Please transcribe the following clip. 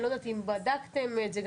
אני לא יודעת אם בדקתם את זה,